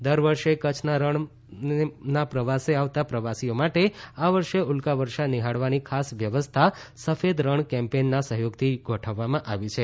ઉલ્કા વર્ષા દરે વર્ષે કચ્છના રણને આવતા પ્રવાસીઓ માટે આ વખતે ઉલ્કા વર્ષા નિહાળવાની ખાસ વ્યવસ્થા સફેદ રણ કેમ્પેઈનના સહયોગથી ગોઠવવામાં આવી છે